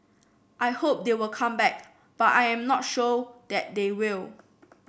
I hope they will come back but I am not sure that they will